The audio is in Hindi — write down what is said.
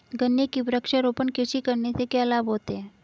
गन्ने की वृक्षारोपण कृषि करने से क्या लाभ होते हैं?